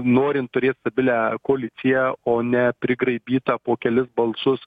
norint turėt stabilią koaliciją o ne prigraibytą po kelis balsus